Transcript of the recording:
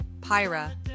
Pyra